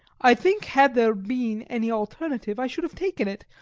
i think had there been any alternative i should have taken it,